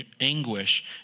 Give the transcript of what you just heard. anguish